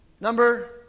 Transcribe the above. Number